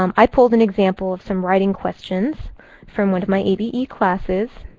um i pulled an example of some writing questions from one of my abe classes.